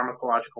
pharmacological